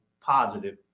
positive